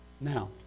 Now